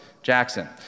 Jackson